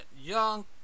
young